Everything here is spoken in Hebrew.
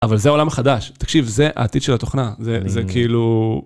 אבל זה העולם החדש, תקשיב, זה העתיד של התוכנה, זה כאילו...